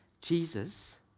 Jesus